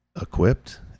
equipped